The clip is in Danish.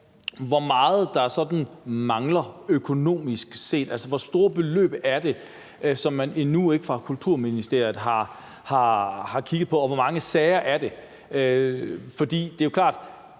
hvor meget der sådan mangler økonomisk set. Altså, hvor store beløb er det, man endnu ikke fra Kulturministeriets side har kigget på, og hvor mange sager er det? For det er jo klart,